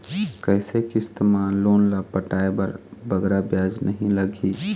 कइसे किस्त मा लोन ला पटाए बर बगरा ब्याज नहीं लगही?